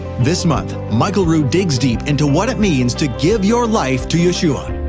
this month, michael rood digs deep into what it means to give your life to yeshua.